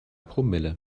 promille